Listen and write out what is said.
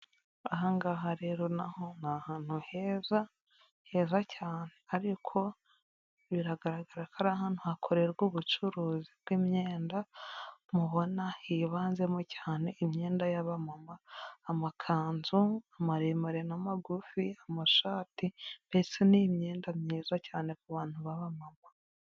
Aha ngaha rero na ho ni ahantu heza, heza cyane ariko biragaragara ko ari ahantu hakorerwa ubucuruzi bw'imyenda, mubona hibanzemo cyane imyenda y'abamama, amakanzu maremare n'amagufi, amashati, mbese ni imyenda myiza cyane ku bantu b'abamama.